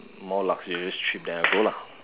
more luxurious trip then I go lah